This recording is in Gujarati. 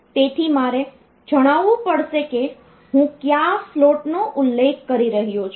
તેથી મારે જણાવવું પડશે કે હું કયા સ્લોટનો ઉલ્લેખ કરી રહ્યો છું